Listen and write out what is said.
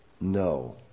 no